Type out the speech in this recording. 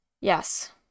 Yes